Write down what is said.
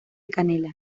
canela